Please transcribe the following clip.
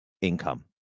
income